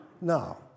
No